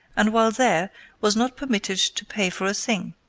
and while there was not permitted to pay for a thing.